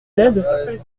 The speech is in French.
ned